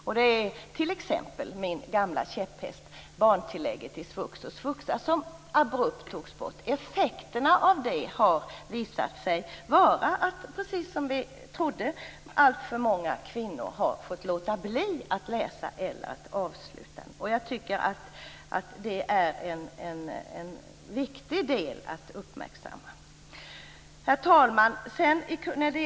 Det handlar t.ex. om min gamla käpphäst, barntillägget i svux och svuxa som abrupt togs bort. Effekterna av det har blivit att alltför många kvinnor har fått låta bli att läsa eller fått sluta. Jag tycker att det är en viktig del att uppmärksamma. Herr talman!